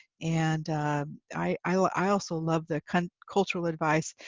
and i also love the kind of cultural advice.